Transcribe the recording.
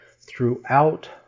throughout